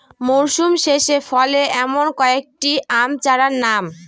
মরশুম শেষে ফলে এমন কয়েক টি আম চারার নাম?